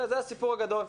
זה הסיפור הגדול.